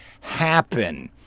happen